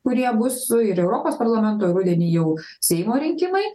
kurie bus ir europos parlamento rudenį jau seimo rinkimai